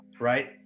right